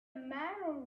matter